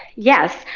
yes.